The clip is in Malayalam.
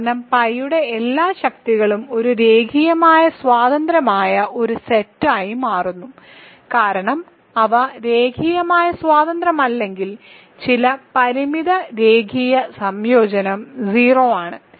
കാരണം പൈയുടെ എല്ലാ ശക്തികളും ഒരു രേഖീയമായി സ്വതന്ത്രമായ ഒരു സെറ്റായി മാറുന്നു കാരണം അവ രേഖീയമായി സ്വതന്ത്രമല്ലെങ്കിൽ ചില പരിമിത രേഖീയ സംയോജനം 0 ആണ്